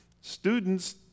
students